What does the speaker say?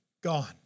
gone